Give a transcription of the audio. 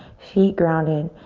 feet grounded.